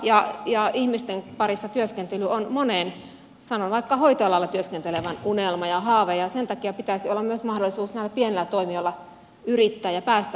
hoitoala ja ihmisten parissa työskentely on monen sanon vaikka hoitoalalla työskentelevän unelma ja haave ja sen takia pitäisi olla mahdollisuus myös näillä pienillä toimijoilla yrittää ja päästä yrittäjiksi